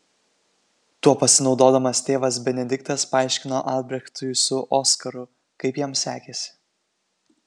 tuo pasinaudodamas tėvas benediktas paaiškino albrechtui su oskaru kaip jam sekėsi